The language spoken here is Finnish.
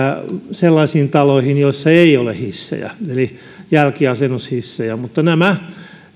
sellaisiin taloihin joissa ei ole hissejä eli jälkiasennushissejä mutta nämä